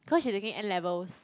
cause she taking N-levels